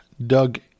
Doug